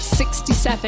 67